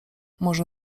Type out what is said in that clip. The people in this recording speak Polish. może